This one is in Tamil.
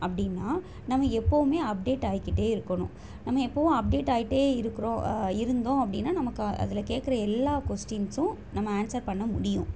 அப்படின்னா நம்ம எப்பவுமே அப்டேட் ஆகிக்கிட்டே இருக்கணும் நம்ம எப்பவும் அப்டேட் ஆகிக்கிட்டே இருக்குறோம் இருந்தோம் அப்படின்னா நமக்கு அதில் கேட்குற எல்லா கொஸ்டின்ஸ்ஸும் நம்ம ஆன்சர் பண்ண முடியும்